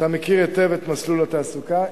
אתה מכיר היטב את מסלול התעסוקה.